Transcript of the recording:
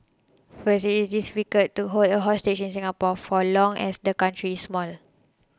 first it is difficult to hold a hostage in Singapore for long as the country is small